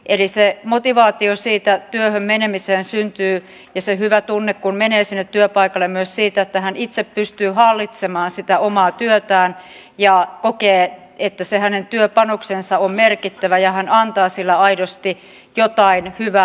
eli se motivaatio työhön menemiseen ja se hyvä tunne kun menee sinne työpaikalle syntyy myös siitä että ihminen itse pystyy hallitsemaan sitä omaa työtään ja kokee että se hänen työpanoksensa on merkittävä ja hän antaa sillä aidosti jotain hyvää